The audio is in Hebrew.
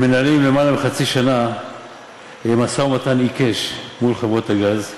הם מנהלים יותר מחצי שנה משא-ומתן עיקש מול חברות הגז,